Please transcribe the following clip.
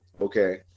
okay